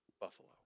Buffalo